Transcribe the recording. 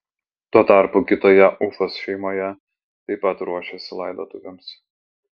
tuo tarpu kitoje ufos šeimoje taip pat ruošėsi laidotuvėms